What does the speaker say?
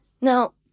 Now